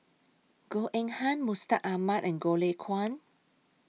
Goh Eng Han Mustaq Ahmad and Goh Lay Kuan